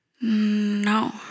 No